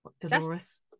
Dolores